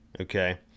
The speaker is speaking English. okay